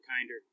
kinder